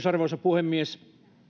arvoisa puhemies